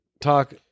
talk